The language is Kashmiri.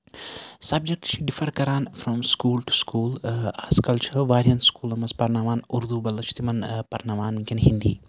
سِبجکٹ چھِ ڈِفر کران فرام سکوٗل ٹُو سکوٗل آز کَل چھُ واریاہن سکوٗلن منٛز پَرناوان اردوٗ بدلہٕ چھِ تِمن پَرناوان وٕنکیٚن ہِندی